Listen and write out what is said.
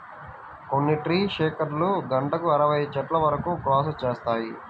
కొన్ని ట్రీ షేకర్లు గంటకు అరవై చెట్ల వరకు ప్రాసెస్ చేస్తాయి